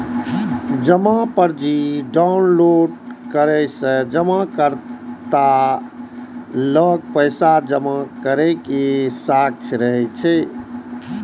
जमा पर्ची डॉउनलोड करै सं जमाकर्ता लग पैसा जमा करै के साक्ष्य रहै छै